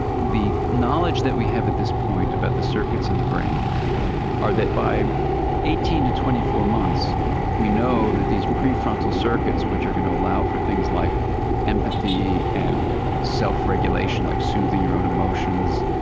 the knowledge that we have at this point about the circuits in the brain are that by eighteen to twenty four months we know that these prefrontal circuits which are going to allow for things like empathy, and self regulation like soothing your own emotions,